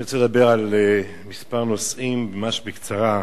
אני רוצה לדבר על כמה נושאים ממש בקצרה.